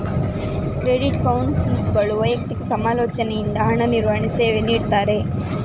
credit ಕೌನ್ಸಿಲರ್ಗಳು ವೈಯಕ್ತಿಕ ಸಮಾಲೋಚನೆಯಿಂದ ಹಣ ನಿರ್ವಹಣೆ ಸೇವೆ ನೀಡ್ತಾರೆ